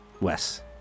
Wes